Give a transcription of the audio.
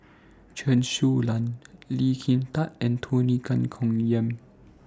Chen Su Lan Lee Kin Tat and Tony Tan Keng Yam